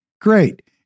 great